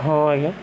ହଁ ଆଜ୍ଞା